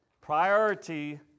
priority